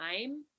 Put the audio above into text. time